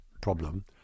problem